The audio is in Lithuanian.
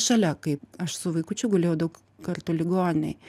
šalia kaip aš su vaikučiu gulėjau daug kartų ligoninėj